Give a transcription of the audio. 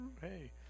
Hey